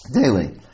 daily